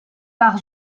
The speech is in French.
par